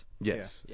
Yes